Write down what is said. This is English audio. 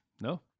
No